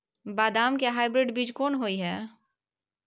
बदाम के हाइब्रिड बीज कोन होय है?